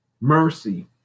mercy